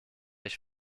ich